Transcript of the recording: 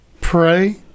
pray